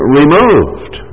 removed